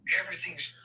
everything's